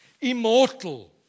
immortal